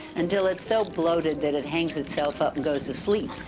until it's so bloated that it hangs itself up and goes to sleep,